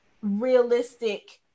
realistic